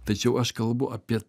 tačiau aš kalbu apie